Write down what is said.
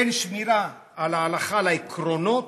בין שמירה על ההלכה, על העקרונות,